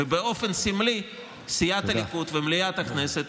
ובאופן סמלי סיעת הליכוד ומליאת הכנסת